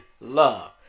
love